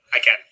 again